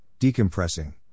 decompressing